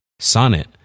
Sonnet